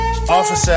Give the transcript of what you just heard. Officer